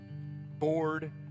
bored